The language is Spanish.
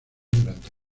durante